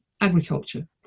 agriculture